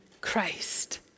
Christ